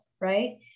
right